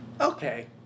Okay